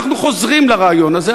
אנחנו חוזרים לרעיון הזה,